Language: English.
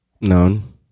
None